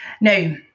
Now